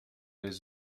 les